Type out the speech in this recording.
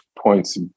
points